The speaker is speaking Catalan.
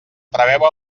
preveu